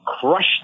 crushed